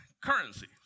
currency